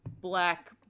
black